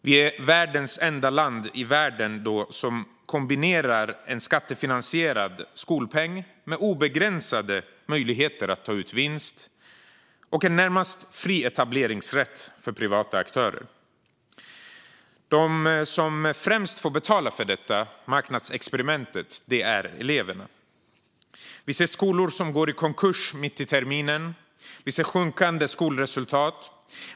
Vi är det enda land i världen som kombinerar en skattefinansierad skolpeng med obegränsade möjligheter att ta ut vinst och en närmast fri etableringsrätt för privata aktörer. De som främst får betala för detta marknadsexperiment är eleverna. Vi ser skolor som går i konkurs mitt i terminen. Vi ser sjunkande skolresultat.